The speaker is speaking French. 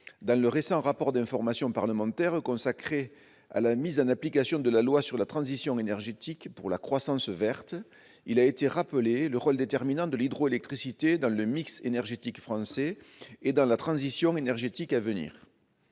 Dans le récent rapport d'information parlementaire consacré à la mise en application de la loi sur la transition énergétique pour la croissance verte, il a été rappelé le rôle déterminant de l'hydroélectricité dans le mix énergétique français et dans la transition énergétique à venir.